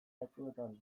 batzuetan